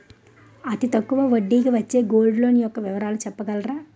అతి తక్కువ వడ్డీ కి వచ్చే గోల్డ్ లోన్ యెక్క వివరాలు చెప్పగలరా?